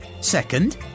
Second